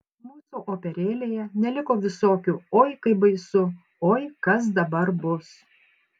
mūsų operėlėje neliko visokių oi kaip baisu oi kas dabar bus